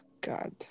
God